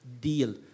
deal